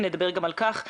וגם על כך נדבר,